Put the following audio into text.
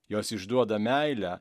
jos išduoda meilę